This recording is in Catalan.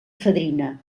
fadrina